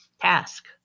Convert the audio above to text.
task